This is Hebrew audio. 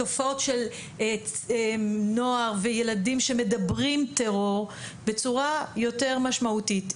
תופעות של נוער וילדים שמדברים טרור בצורה יותר משמעותית.